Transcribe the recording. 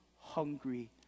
hungry